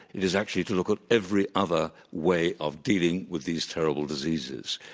it it is actually to look at every other way of dealing with these terrible diseases.